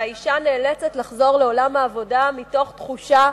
והאשה נאלצת לחזור לעולם העבודה מתוך תחושה